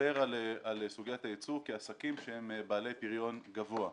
מדבר על סוגיית הייצור כעסקים שהם בעלי פריון גבוה.